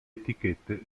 etichette